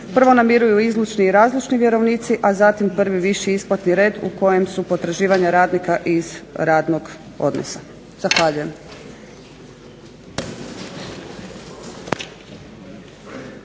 prvo namiruju izlučni i razlučni vjerovnici, a zatim prvi viši isplatni red u kojem su potraživanja radnika iz radnog odnosa. Zahvaljujem.